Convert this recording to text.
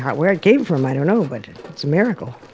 where it came from, i don't know. but it's a miracle,